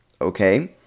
okay